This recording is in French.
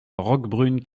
roquebrune